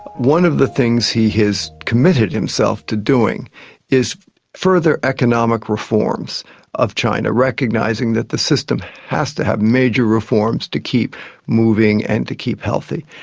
one of the things he has committed himself to doing is further economic reforms of china, recognising that the system has to have major reforms to keep moving and to keep healthy.